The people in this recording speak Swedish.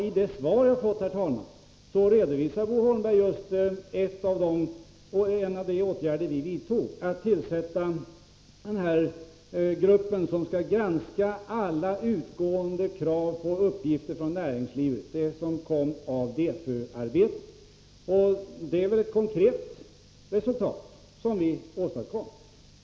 I det svar jag har fått, herr talman, redovisar Bo Holmberg just en av de åtgärder vi vidtog, nämligen att tillsätta den grupp som skall granska alla utgående enkäter och krav på uppgifter från näringslivet — en följd av DEFU-arbetet. Det är ett konkret resultat, som vi åstadkom.